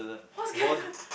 what's character